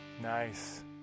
Nice